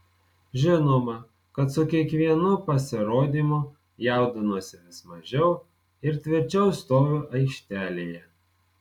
žinoma kad su kiekvienu pasirodymu jaudinuosi vis mažiau ir tvirčiau stoviu aikštelėje